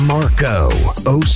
Marco